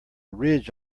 ridge